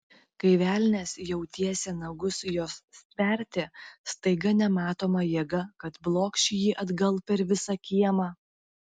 kai velnias jau tiesė nagus jos stverti staiga nematoma jėga kad blokš jį atgal per visą kiemą